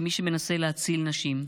במי שמנסה להציל נשים.